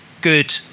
good